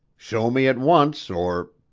show me at once or